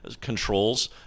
controls